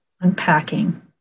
unpacking